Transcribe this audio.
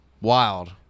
wild